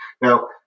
Now